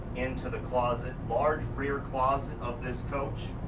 into the closet. large rear closet of this coach.